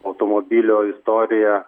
automobilio istoriją